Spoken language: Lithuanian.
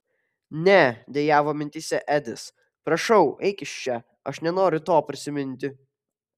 ne dejavo mintyse edis prašau eik iš čia aš nenoriu to prisiminti